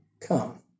come